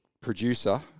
producer